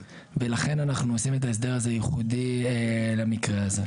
ולכן אנחנו עושים את ההסדר הזה ייחודי למקרה הזה.